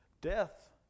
death